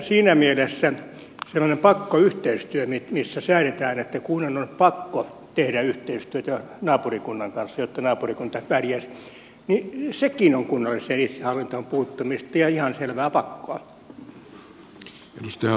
siinä mielessä sellainen pakkoyhteistyö missä säädetään että kunnan olisi pakko tehdä yhteistyötä naapurikunnan kanssa jotta naapurikunta pärjäisi on kunnalliseen itsehallintoon puuttumista ja ihan selvää pakkoa